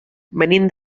venim